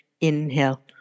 Inhale